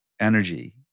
energy